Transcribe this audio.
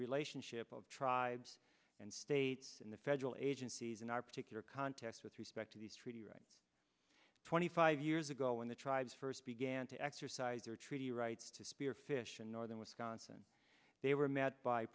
relationship of tribes and states in the federal agencies in our particular context with respect to these treaty rights twenty five years ago when the tribes first began to exercise their treaty rights to spearfish in northern wisconsin they were met by